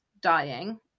dying